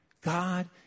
God